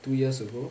two years ago